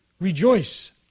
Rejoice